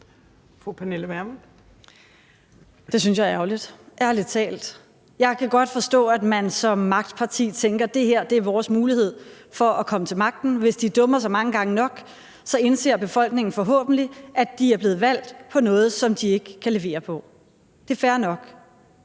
Det synes jeg er ærgerligt – ærlig talt. Jeg kan godt forstå, at man som magtparti tænker: Det her er vores mulighed for at komme til magten; hvis de dummer sig mange gange nok, indser befolkningen forhåbentlig, at de er blevet valgt på noget, som de ikke kan levere på. Det er fair nok.